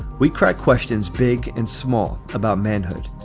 we crack questions big and small about manhood.